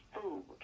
food